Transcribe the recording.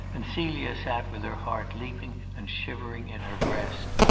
and celia sat with her heart leaping and shivering in her breast.